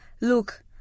Look